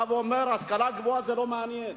אומר: השכלה גבוהה זה לא מעניין.